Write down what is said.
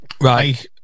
Right